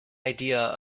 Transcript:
idea